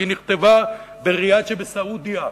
כי היא נכתבה בריאד שבסעודיה,